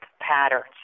patterns